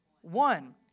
One